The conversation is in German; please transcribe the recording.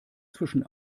zwischen